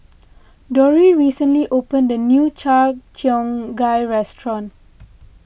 Dori recently opened a new Cheong Gai restaurant